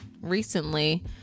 recently